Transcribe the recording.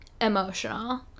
emotional